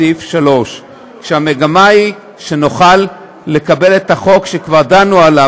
סעיף 3. המגמה היא שנוכל לקבל את החוק שכבר דנו בו,